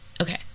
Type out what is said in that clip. okay